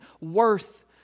worth